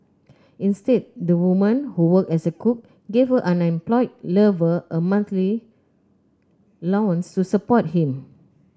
instead the woman who worked as a cook gave her unemployed lover a monthly allowance to support him